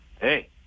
hey